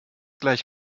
gleich